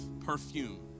perfume